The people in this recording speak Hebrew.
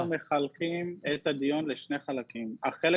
-- מחלקים את הדיון לשני חלקים: החלק